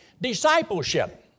Discipleship